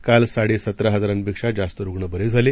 काल साडेसतरा हजारांपेक्षा जास्त रुग्ण बरे झाले